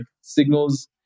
signals